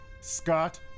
Scott